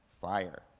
fire